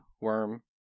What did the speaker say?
worm